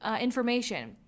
information